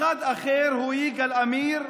אחד אחר הוא יגאל עמיר,